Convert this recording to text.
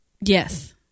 Yes